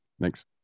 thanks